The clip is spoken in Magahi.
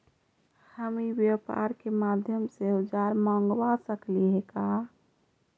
हम ई व्यापार के माध्यम से औजर मँगवा सकली हे का?